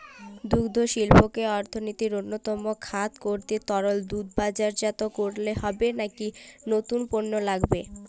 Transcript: দুগ্ধশিল্পকে অর্থনীতির অন্যতম খাত করতে তরল দুধ বাজারজাত করলেই হবে নাকি নতুন পণ্য লাগবে?